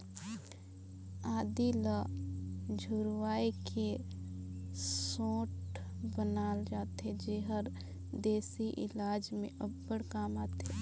आदी ल झुरवाए के सोंठ बनाल जाथे जेहर देसी इलाज में अब्बड़ काम आथे